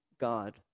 God